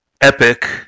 epic